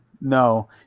No